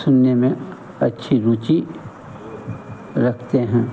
सुनने में अच्छी रुचि रखते हैं